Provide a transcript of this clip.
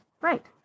Right